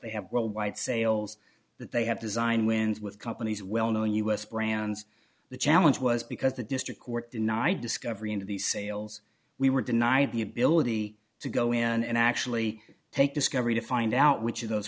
they have worldwide sales that they have design wins with companies well known u s brands the challenge was because the district court denied discovery into the sales we were denied the ability to go in and actually take discovery to find out which of those